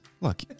Look